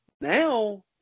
Now